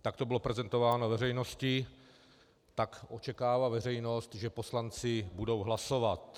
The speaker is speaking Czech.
Tak to bylo prezentováno veřejnosti, tak očekává veřejnost, že poslanci budou hlasovat.